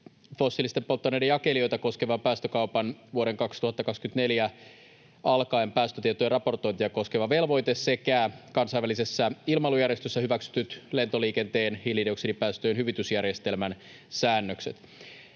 fossiilisten polttoaineiden jakelijoita koskeva, vuodesta 2024 alkaen päästökaupan päästötietojen raportointia koskeva velvoite sekä kansainvälisessä ilmailujärjestössä hyväksytyt lentoliikenteen hiilidioksidipäästöjen hyvitysjärjestelmän säännökset.